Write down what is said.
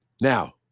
now